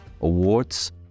awards